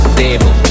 table